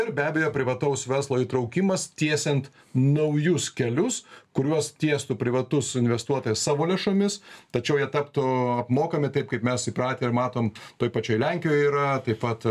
ir be abejo privataus verslo įtraukimas tiesiant naujus kelius kuriuos tiestų privatus investuotojas savo lėšomis tačiau jie taptų apmokami taip kaip mes įpratę ir matom toj pačioj lenkijoj yra taip pat